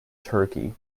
turkey